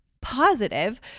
positive